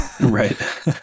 Right